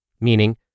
meaning